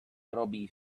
robbie